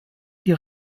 die